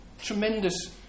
Tremendous